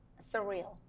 surreal